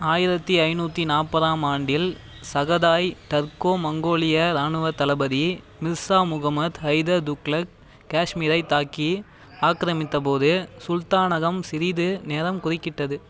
ஆயிரத்து ஐநூற்றி நாற்பதாம் ஆண்டில் சகதாய் டர்க்கோ மங்கோலிய ராணுவத் தளபதி மிர்சா முகமத் ஹைதர் துக்ளக் கேஷ்மீரைத் தாக்கி ஆக்ரமித்த போது சுல்தானகம் சிறிது நேரம் குறுக்கிட்டது